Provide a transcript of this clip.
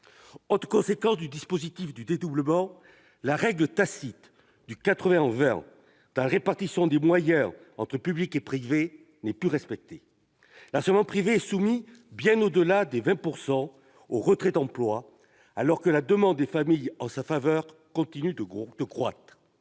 Autre conséquence du dispositif de dédoublement : la règle tacite du « 80-20 » dans la répartition des moyens entre public et privé n'est plus respectée. L'enseignement privé est soumis bien au-delà des 20 % aux retraits d'emplois, alors que la demande des familles en sa faveur continue de croître.